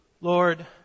Lord